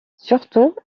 surtout